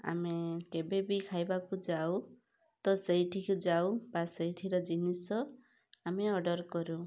ଆମେ କେବେ ବି ଖାଇବାକୁ ଯାଉ ତ ସେଇଠି କି ଯାଉ ସେଇଠିର ଜିନିଷ ଆମେ ଅର୍ଡ଼ର୍ କରୁ